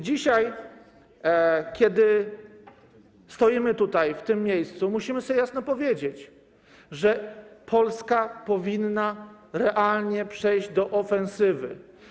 Dzisiaj, kiedy stoimy tutaj, w tym miejscu, musimy sobie jasno powiedzieć, że Polska powinna realnie przejść do ofensywy.